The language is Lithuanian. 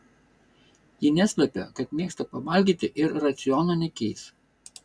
ji neslepia kad mėgsta pavalgyti ir raciono nekeis